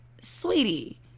sweetie